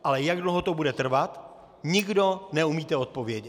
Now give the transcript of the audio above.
Ale jak dlouho to bude trvat, nikdo neumíte odpovědět.